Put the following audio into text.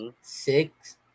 Six